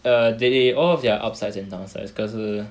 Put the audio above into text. err they they all have their upsides and downsides 可是